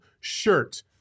shirt